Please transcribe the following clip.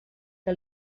que